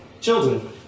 children